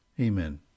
Amen